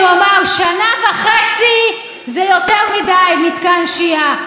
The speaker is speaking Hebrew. הוא אמר: שנה וחצי זה יותר מדי במתקן שהייה,